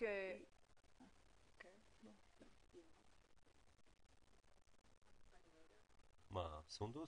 סונדוס